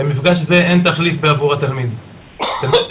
במדרגה